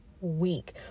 week